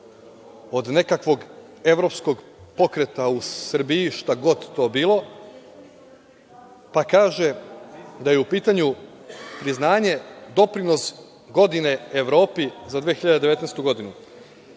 od nekakvog Evropskog pokreta u Srbiji, šta god to bilo, pa kaže da je u pitanju priznanje - doprinos godine Evropi za 2019. godinu. Kaže